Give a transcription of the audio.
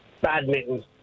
badminton